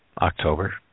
October